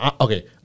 Okay